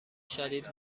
شدید